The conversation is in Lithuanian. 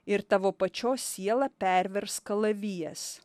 ir tavo pačios sielą pervers kalavijas